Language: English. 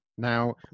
Now